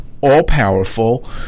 all-powerful